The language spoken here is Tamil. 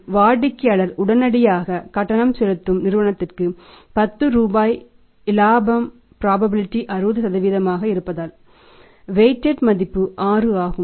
எனவே வாடிக்கையாளர் உடனடியாக கட்டணம் செலுத்தும் நிறுவனத்திற்கு 10 ரூபாய் இலாப ப்ராபபிலிடீ மதிப்பு 6 ஆகும்